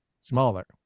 Smaller